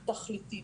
תכליתית,